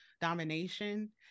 domination